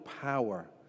power